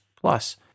Plus